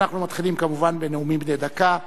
אנחנו מתחילים, כמובן, בנאומים בני דקה.